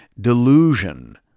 delusion